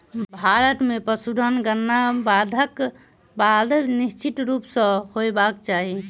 भारत मे पशुधन गणना बाइढ़क बाद निश्चित रूप सॅ होयबाक चाही